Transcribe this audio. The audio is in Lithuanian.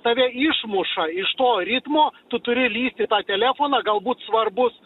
tave išmuša iš to ritmo tu turi lįst į tą telefoną galbūt svarbus